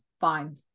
fine